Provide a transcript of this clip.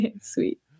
Sweet